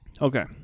Okay